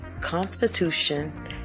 Constitution